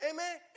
Amen